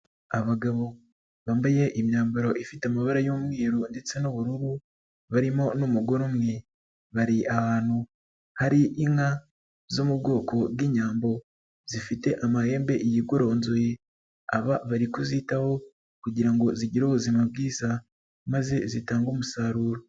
Abagabo bambaye imyambaro ifite amabara y'umweru ndetse n'ubururu barimo n'umugore umwe. Bari ahantu hari inka zo mu bwoko bw'Inyambo zifite amahembe yigoronzoye aba bari kuzitaho kugira ngo zigire ubuzima bwiza maze zitange umusaruro.